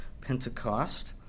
Pentecost